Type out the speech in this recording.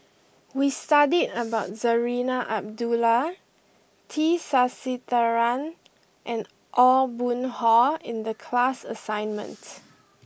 we studied about Zarinah Abdullah T Sasitharan and Aw Boon Haw in the class assignment